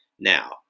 now